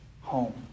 home